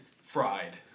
fried